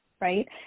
right